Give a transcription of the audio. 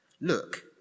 Look